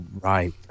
right